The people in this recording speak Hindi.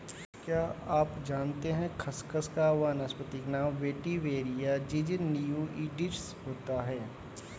क्या आप जानते है खसखस का वानस्पतिक नाम वेटिवेरिया ज़िज़नियोइडिस होता है?